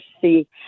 see